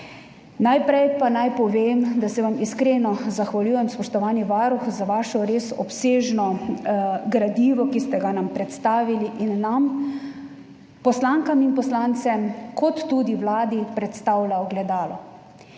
Najprej pa naj povem, da se vam iskreno zahvaljujem, spoštovani varuh, za vašo res obsežno gradivo, ki ste nam ga predstavili in nam poslankam in poslancem ter tudi vladi predstavlja ogledalo.